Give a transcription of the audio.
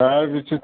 তাৰ